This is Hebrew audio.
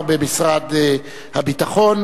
במצב של סכנת חיים,